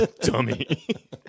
dummy